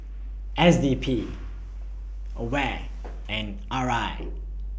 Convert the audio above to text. S D P AWARE and R I